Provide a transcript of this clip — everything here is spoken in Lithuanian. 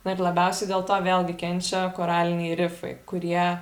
na ir labiausiai dėl to vėlgi kenčia koraliniai rifai kurie